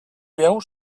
veu